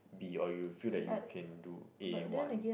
B or you feel that you can do A one